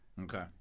Okay